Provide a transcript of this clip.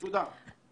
תודה.